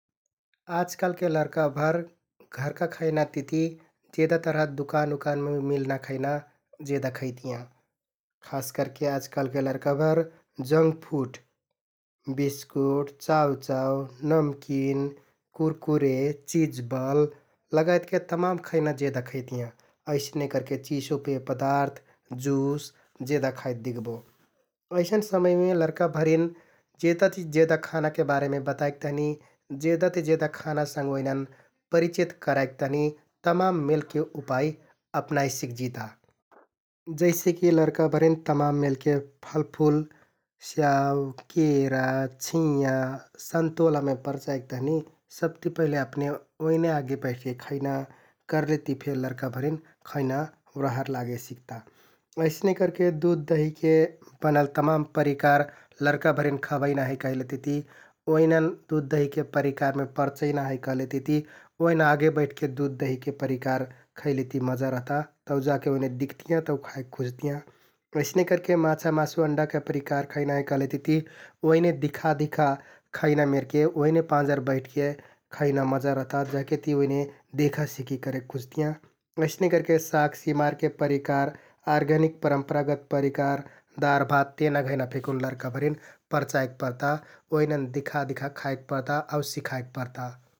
आजकालके लरकाभर घरका खैनातिति जेदा तरह दुकान उकानमे मिल्ना खैना जेदा खैतियाँ । खास करके आजकालके लरकाभर जङ्गफुड बिस्कुट, चाउचाउ, नमकिन, कुरकुरे, चिजबल लगायतके तमान खैना जेदा खैतियाँ । अइसने करके चिसो पेय पदार्थ, जुस जेदा खाइत दिख्बो । अइसन समयमे लरकाभरिन जेदा ति जेदा खानाके बारेमे बताइक तहनि, जेदा ति जेदा खाना संग ओइनन परिचित कराइक तहनि तमान मेलके उपाइ अपनाइ सिकजिता । जैसेकि लरकाभरिन तमान मेलके फलफुल स्याउ, केरा, छिंयाँ, सन्तोलामे परचाइक तहनि सबति पहिले अपने ओइने आगे बैठके खैना करलेति फे लरकाभरिन खैना रहर लागे सिक्ता । अइसने करके दुध, दहिके बनल तमान परिकार लरकाभरिन खबैना है कहलेतिति, ओइनन दुध, दहिके परिकारमे परपैना है कहलेतिति ओइन आगे बैठके दुध, दहिके परिकार खैले ति मजा रहता । तौ जाके ओइने दिख्तियाँ तौ खाइक खुजतियाँ । अइसने करके माछा, मासु, अण्डाके परिकार खैना हे कहलेतिति ओइने दिखा दिखा खैना मेरके ओइने पाँजर बैठके खैना मजा रहता, जेहके ति ओइने देखासिखि करेक खुजतियाँ । अइसने करके साग सिमारके परिकार, आर्गेनिक परम्परागत परिकार दार, भात, तेना घैंना फेकुन लरकाभरिन परचाइक परता । ओइनन दिखा दिखा खाइक परता आउ सिखाइक परता ।